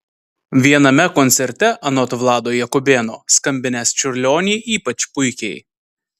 viename koncerte anot vlado jakubėno skambinęs čiurlionį ypač puikiai